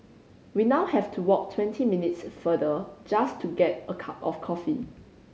we now have to walk twenty minutes farther just to get a cup of coffee